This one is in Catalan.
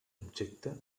objecte